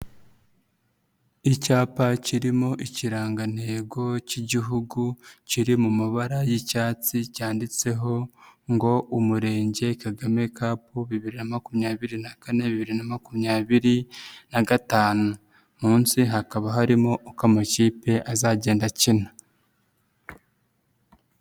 Icyapa kirimo ikirangantego cy'Igihugu kiri mu mabara y'icyatsi cyanditseho ngo Umurenge Kagame kapu bibiri na makumyabiri na kane, bibiri na makumyabiri na gatanu. Munsi hakaba harimo uko amakipe azagenda akina.